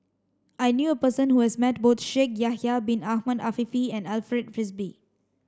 I knew a person who has met both Shaikh Yahya bin Ahmed Afifi and Alfred Frisby